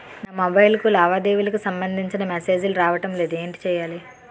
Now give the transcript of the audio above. నాకు మొబైల్ కు లావాదేవీలకు సంబందించిన మేసేజిలు రావడం లేదు ఏంటి చేయాలి?